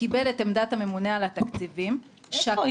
קיבל את עמדת הממונה על התקציבים -- איפה היא?